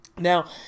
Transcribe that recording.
Now